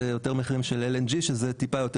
זה יותר מחירים של LNG שזה טיפה יותר